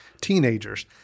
teenagers